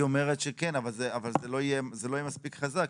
היא אומרת שכן, אבל זה לא יהיה מספיק חזק.